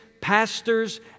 pastors